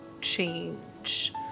change